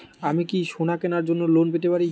আমি কি সোনা কেনার জন্য লোন পেতে পারি?